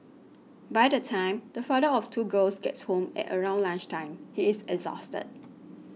by the time the father of two girls gets home at around lunch time he is exhausted